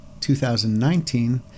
2019